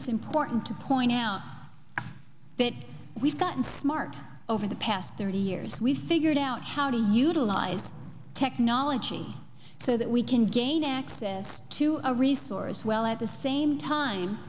it's important to point out that we've gotten smart over the past thirty years we've figured out how to utilize technology so that we can gain access to a resource well at the same time